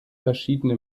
verschiedene